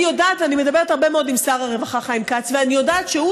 אני מדברת הרבה מאוד עם שר הרווחה חיים כץ ואני יודעת שהוא